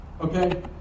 Okay